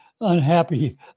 unhappy